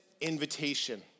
invitation